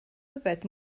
yfed